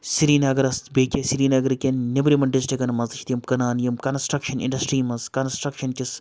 سرینگرَس بیٚیہِ کینٛہہ سرینگرٕکٮ۪ن نٮ۪برِمن ڈِسٹرکَن منٛز تہِ چھِ تِم کٕنان یِم کَنسٹرٛکشَن اِنڈَسٹِرٛی منٛز کَنَسٹرٛکشَن کِس